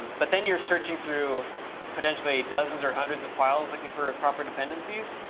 but then you're searching through potentially dozens or hundreds of files looking for proper dependencies.